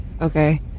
Okay